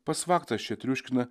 pats faktas čia triuškina